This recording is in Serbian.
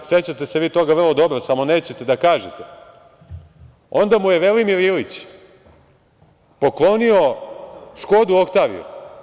Sećate se vi toga vrlo dobro samo nećete da kažete, onda mu je Velimir Ilić poklonio Škodu oktaviju.